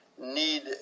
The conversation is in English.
need